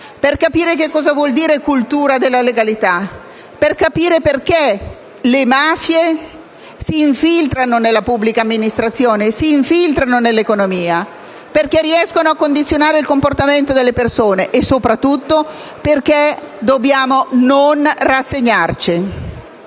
per capire che cosa vuol dire cultura della legalità; per capire perché le mafie si infiltrano nella pubblica amministrazione e nell'economia; perché riescono a condizionare il comportamento delle persone e, soprattutto, perché non dobbiamo rassegnarci.